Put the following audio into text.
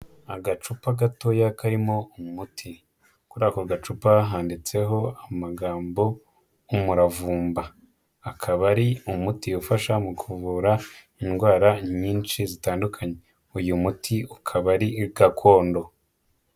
Agacupa gatoya karimo umuti, kuri ako gacupa handitseho amagambo umuravumba, akaba ari umuti ufasha mu kuvura indwara nyinshi zitandukanye, uyu muti ukaba ari gakondo.